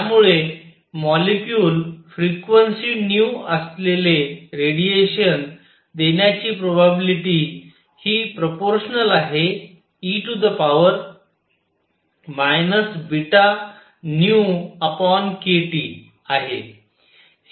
त्यामुळे molecule frequency असलेले radiation देण्याची प्रोबॅबिलिटी ∝e βνkTआहे